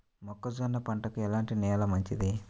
మొక్క జొన్న పంటకు ఎలాంటి నేల మంచిది?